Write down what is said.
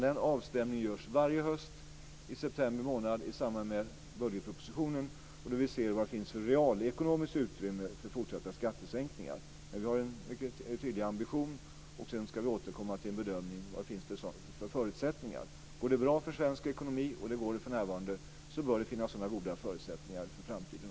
Den avstämningen görs varje höst i september månad i samband med budgetpropositionen, då vi ser vilket realekonomiskt utrymme som finns för fortsatta skattesänkningar. Vi har en tydlig ambition, och vi ska återkomma till en bedömning av de förutsättningar som finns. Går det bra för svensk ekonomi - och det gör det för närvarande - bör det finnas goda sådana förutsättningar också för framtiden.